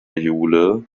jule